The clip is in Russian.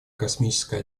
космическое